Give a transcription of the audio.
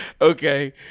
Okay